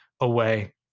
away